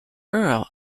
earl